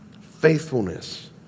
faithfulness